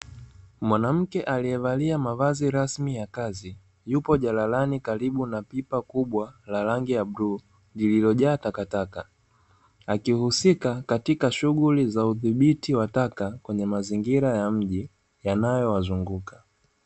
Mwanamke aliye vaa lia mavazi maalumu ya kazi yupo jalalani, karibu na pipa kubwa lenye rangi ya bluu lililojaa takataka alihusika katika shughuli za udhibiti wa taka kwenye mazingira ya mji yanayo wazunguka.